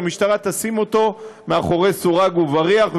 שהמשטרה תשים אותו מאחורי סורג ובריח,